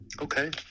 Okay